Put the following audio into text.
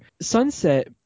Sunset